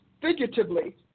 Figuratively